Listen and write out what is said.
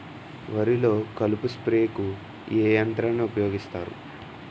వరిలో కలుపు స్ప్రేకు ఏ యంత్రాన్ని ఊపాయోగిస్తారు?